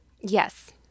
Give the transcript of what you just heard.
Yes